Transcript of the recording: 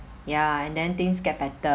ya and then things get better